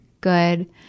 good